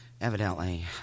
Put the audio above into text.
evidently